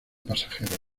pasajeros